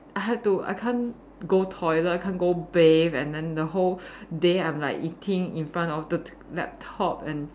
I had to I can't go toilet I can't go bathe and then the whole day I'm like eating in front of the t~ laptop and